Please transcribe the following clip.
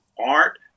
art